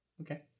Okay